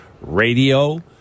radio